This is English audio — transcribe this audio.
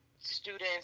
Students